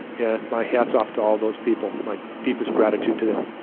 and my hat's off to all those people, my deepest gratitude to them.